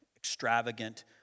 extravagant